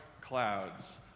clouds